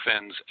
fins